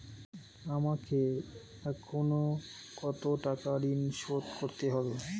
আমাকে এখনো কত টাকা ঋণ শোধ করতে হবে?